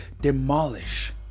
demolish